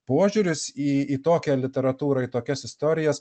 požiūris į į tokią literatūrą į tokias istorijas